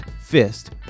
Fist